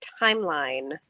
timeline